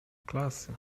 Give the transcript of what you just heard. klasy